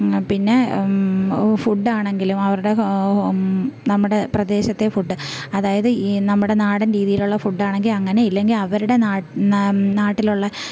പിന്നെ ഫുഡാണെങ്കിലും അവരുടെ നമ്മുടെ പ്രദേശത്തെ ഫുഡ് അതായത് ഈ നമ്മുടെ നാടൻ രീതിയിലുള്ള ഫുഡാണെങ്കിൽ അങ്ങനെ ഇല്ലെങ്കിൽ അവരുടെ നാട്ടിലുള്ള